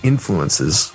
Influences